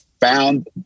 found